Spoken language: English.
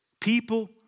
people